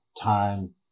time